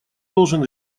должен